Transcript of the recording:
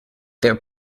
their